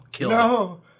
no